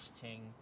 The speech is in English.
ting